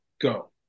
go